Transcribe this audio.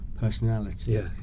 personality